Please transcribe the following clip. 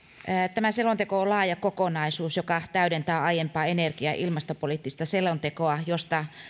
tämä selonteko on laaja kokonaisuus joka täydentää aiempaa energia ja ilmastopoliittista selontekoa josta